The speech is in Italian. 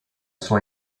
sua